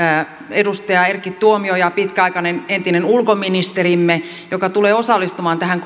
edustaja erkki tuomioja pitkäaikainen entinen ulkoministerimme joka tulee osallistumaan tähän